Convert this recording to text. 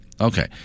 okay